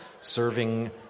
Serving